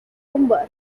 lumber